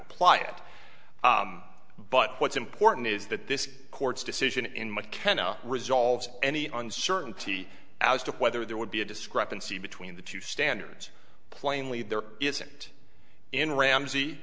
apply it but what's important is that this court's decision in mckenna resolves any uncertainty as to whether there would be a discrepancy between the two standards plainly there isn't in ramsey